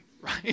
right